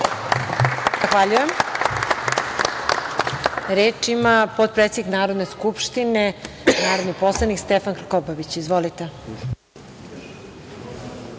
Zahvaljujem. Reč ima potpredsednik Narodne skupštine, narodni poslanik Stefan Krkobabić. Izvolite.